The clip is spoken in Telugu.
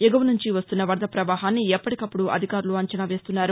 ఎగువ సుంచి వస్తున్న వరద ప్రవాహాన్ని ఎప్పటికప్పుడు అధికారులు అంచనా వేస్తున్నారు